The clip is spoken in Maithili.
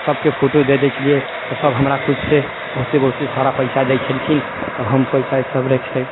सभके फोटो दए दै छलियै तऽ सभ हमरा खुशीसँ बहुते बहुते सारा पैसा दै छलखिन तऽ हम पैसा उसा राखि साखि